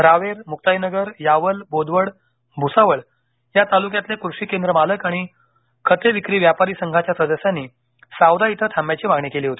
रावेर मुक्ताईनगर यावल बोदवड भुसावळ या तालुक्यातील कृषिकेंद्र मालक आणि खते विक्री व्यापारी संघाच्या सदस्यांनी सावदा इथ थांब्याची मागणी केली होती